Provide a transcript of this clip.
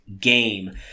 game